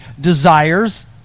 desires